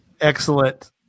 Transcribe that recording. Excellent